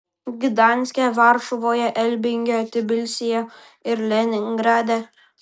gdanske varšuvoje elbinge tbilisyje ir leningrade